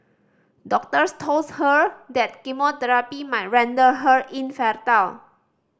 doctors told her that might render her infertile